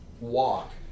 walk